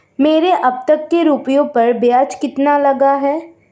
मेरे अब तक के रुपयों पर ब्याज कितना लगा है?